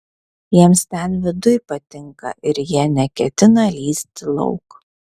jiems ten viduj patinka ir jie neketina lįsti lauk